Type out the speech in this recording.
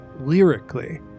lyrically